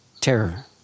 terror